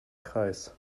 kreis